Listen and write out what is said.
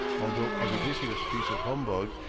although a ridiculous piece of humbug,